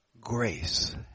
Grace